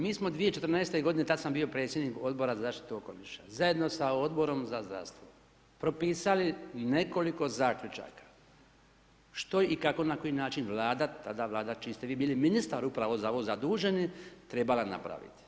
Mi smo 2014. godine tada sam bio predsjednik Odbora za zaštitu okoliša zajedno sa Odborom za zdravstvo propisali nekoliko Zaključaka, što i kako na koji način Vlada, tada Vlada, čiji ste vi bili ministar upravo za ovo zadužen trebala napraviti.